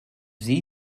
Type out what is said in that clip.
sie